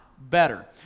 better